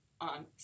On